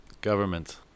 Government